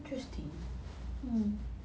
interesting mm